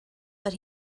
but